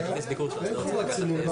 ברור.